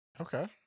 Okay